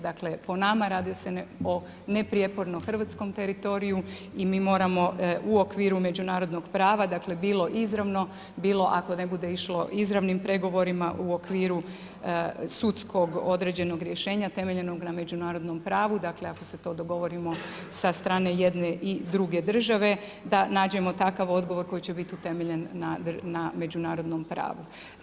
Dakle, po nama radi se o neprijepornom hrvatskom teritoriju i mi moramo u okviru međunarodnog prava, dakle, bilo izravno, bilo, ako ne bude išlo izravnim pregovorima u okviru sudskog određenog rješenja temeljenog na međunarodnom pravu, dakle, ako se to dogovorimo sa strane i jedne i druge države, da nađemo takav odgovor koji će biti temeljem na međunarodnom pravu.